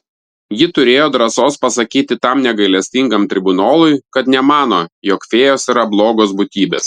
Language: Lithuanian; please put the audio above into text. ji turėjo drąsos pasakyti tam negailestingam tribunolui kad nemano jog fėjos yra blogos būtybės